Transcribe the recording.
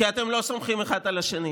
כי אתם לא סומכים אחד על השני,